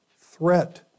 threat